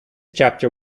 chapter